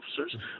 officers